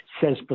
says